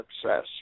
success